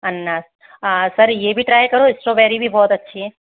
अनानास सर यह भी ट्राइ करो स्ट्रॉबेरी भी बहुत अच्छी है